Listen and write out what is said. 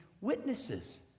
witnesses